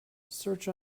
search